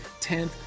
10th